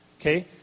Okay